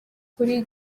kuri